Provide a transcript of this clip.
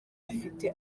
afite